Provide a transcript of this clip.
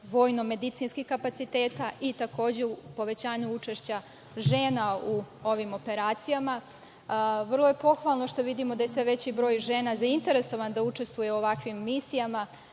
vojno-medicinskih kapaciteta i takođe u povećanju učešća žena u ovim operacijama. Vrlo je pohvalno što vidimo da je sve veći broj žena zainteresovan da učestvuje u ovakvim misijama.